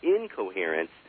incoherence